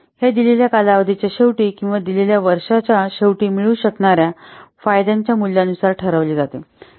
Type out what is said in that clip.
हे दिलेल्या कालावधीच्या शेवटी किंवा दिलेल्या वर्षाच्या शेवटी मिळू शकणार्या फायद्यांच्या मूल्यानुसार ठरवले जाते